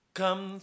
come